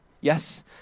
Yes